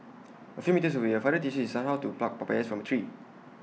A few metres away A father teaches his son how to pluck papayas from A tree